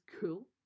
cool